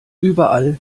überall